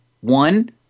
one